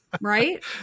Right